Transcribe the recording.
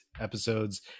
episodes